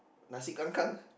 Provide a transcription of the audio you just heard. Nasi-Kangkang